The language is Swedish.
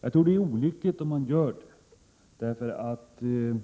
Jag tror det vore olyckligt att göra det.